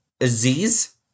Aziz